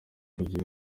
kugira